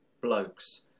blokes